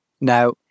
Now